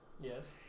Yes